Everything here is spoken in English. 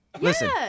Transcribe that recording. Listen